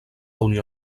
unió